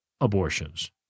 abortions